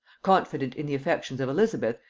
confident in the affections of elizabeth,